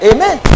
Amen